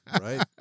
Right